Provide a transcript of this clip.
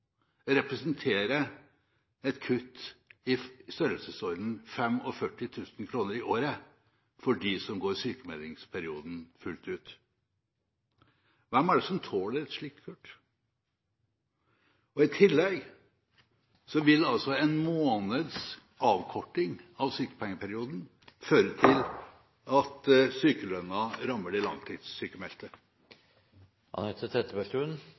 representere et kutt i størrelsesorden 45 000 kr i året for dem som går sykmeldingsperioden fullt ut. Hvem er det som tåler et slikt kutt? I tillegg vil altså en måneds avkorting av sykepengeperioden føre til at sykelønnen rammer de